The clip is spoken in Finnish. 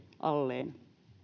alleen